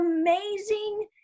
amazing